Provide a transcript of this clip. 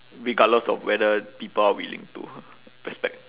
regardless of whether people are willing to respect